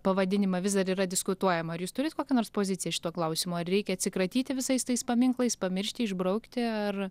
pavadinimą vis dar yra diskutuojama ar jūs turit kokią nors poziciją šituo klausimu ar reikia atsikratyti visais tais paminklais pamiršti išbraukti ar